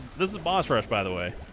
this is boss rush by the way